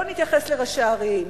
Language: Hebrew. לא נתייחס לראשי הערים,